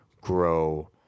grow